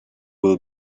will